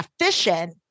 efficient